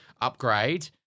upgrade